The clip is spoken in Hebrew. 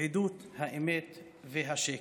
עידוד האמת והצדק.